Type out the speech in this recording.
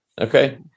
Okay